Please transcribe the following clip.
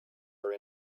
are